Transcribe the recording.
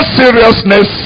seriousness